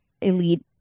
elite